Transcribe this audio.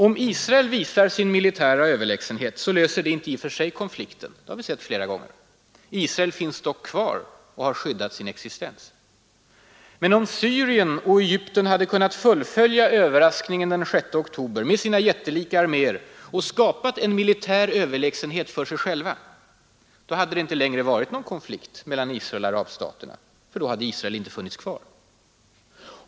Om Israel visar sin militära överlägsenhet löser det inte i och för sig konflikten, det har vi sett flera gånger. Israel finns kvar och har skyddat sin existens. Men om Syrien och Egypten hade kunnat fullfölja överraskningen den 6 oktober med sina jättelika arméer och skapat en ”militär överlägsenhet”, då hade det inte längre varit en konflikt mellan Israel och arabstaterna, eftersom Israel då inte hade funnits kvar.